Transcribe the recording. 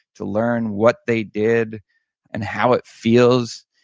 to learn what they did and how it feels,